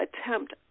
attempt